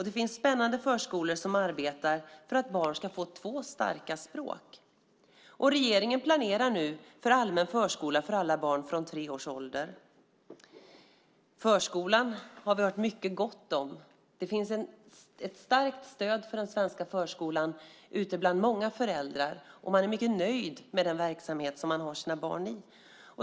Det finns spännande förskolor som arbetar för att barn ska få två starka språk. Regeringen planerar nu för allmän förskola för alla barn från tre års ålder. Förskolan har vi hört mycket gott om. Det finns ett starkt stöd för den svenska förskolan bland många föräldrar. Man är mycket nöjd med den verksamhet man har sina barn i.